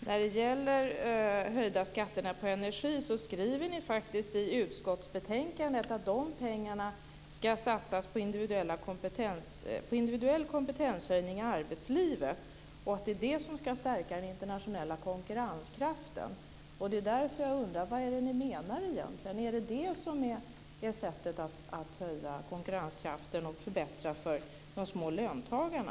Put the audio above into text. Fru talman! När det gäller de höjda skatterna på energi skriver ni i utskottsbetänkandet att dessa pengar ska satsas på individuell kompetenshöjning i arbetslivet och att det är detta som ska stärka den internationella konkurrenskraften. Det är därför som jag undrar: Vad menar ni egentligen? Är det på det sättet som ni ska höja konkurrenskraften och förbättra för de små löntagarna?